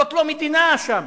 זאת לא מדינה שם.